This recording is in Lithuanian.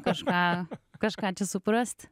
kažką kažką čia suprast